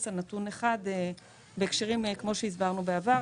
על נתון אחד בהקשרים כפי שהסברנו בעבר.